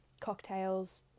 cocktails